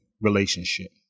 relationship